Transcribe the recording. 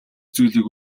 зүйлийг